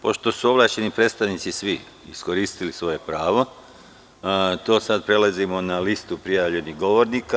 Pošto su ovlašćeni predstavnici svi iskoristili svoje pravo, sada prelazimo na listu prijavljenih govornika.